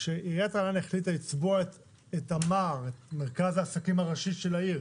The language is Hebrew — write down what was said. כשהעירייה החליטה לצבוע את מרכז העסקים הראשי של העיר,